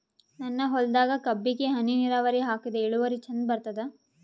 ನನ್ನ ಹೊಲದಾಗ ಕಬ್ಬಿಗಿ ಹನಿ ನಿರಾವರಿಹಾಕಿದೆ ಇಳುವರಿ ಚಂದ ಬರತ್ತಾದ?